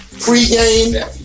pre-game